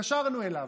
התקשרנו אליו.